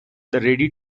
ready